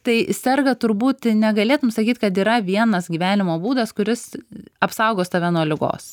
tai serga turbūt negalėtum sakyt kad yra vienas gyvenimo būdas kuris apsaugos tave nuo ligos